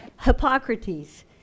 Hippocrates